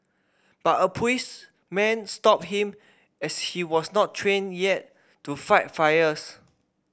but a policeman stopped him as she was not trained yet to fight fires